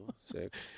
six